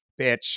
bitch